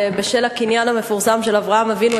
ובשל הקניין המפורסם של אברהם אבינו,